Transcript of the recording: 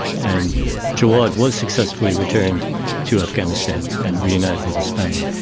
and jawad was successfully returned to afghanistan and reunited with his family.